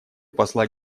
посла